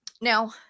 Now